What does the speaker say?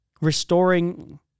restoring